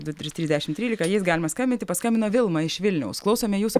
du trys trys dešim trylika jais galima skambinti paskambino vilma iš vilniaus klausome jūsų